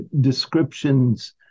descriptions